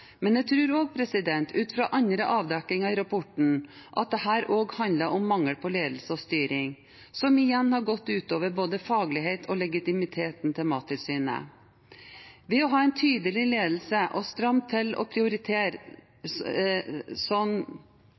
men jeg tror, ut fra andre avdekkinger i rapporten, at dette også handler om mangel på ledelse og styring, som igjen har gått ut over både fagligheten og legitimiteten til Mattilsynet. Ved å ha en tydelig ledelse og stramme til og prioritere